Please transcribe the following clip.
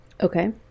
Okay